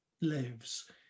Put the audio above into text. lives